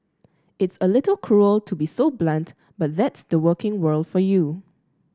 it's a little cruel to be so blunt but that's the working world for you